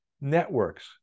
networks